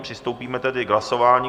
Přistoupíme tedy k hlasování.